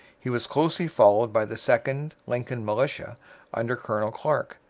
he was closely followed by the second lincoln militia under colonel clark,